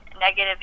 negative